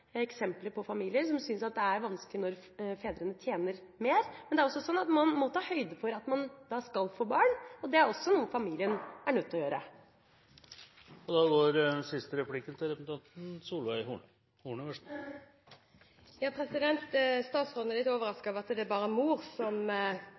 eksempler på familier som syns at dette er vanskelig når fedrene tjener mer, men det er også sånn at man må ta høyde for at man skal få barn. Det er også noe familier er nødt til å gjøre. Statsråden er litt overrasket over at det er bare mor det er snakk om i disse sakene her. Den foreldrepermisjonen vi har i dag, er